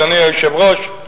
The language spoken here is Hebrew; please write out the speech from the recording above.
אדוני היושב-ראש,